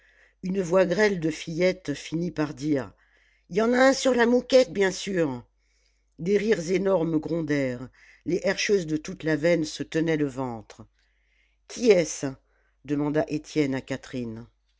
une voix grêle de fillette finit par dire y en a un sur la mouquette bien sûr des rires énormes grondèrent les herscheuses de toute la veine se tenaient le ventre qui est-ce demanda étienne à catherine